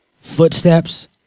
footsteps